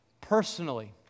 personally